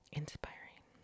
inspiring